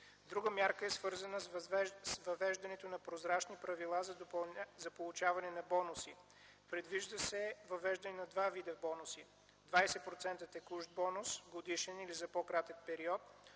Друга мярка е свързана с въвеждането на прозрачни правила за получаване на бонуси. Предвижда се въвеждане на два вида бонуси – 20% текущ бонус – годишен или за по-кратък период,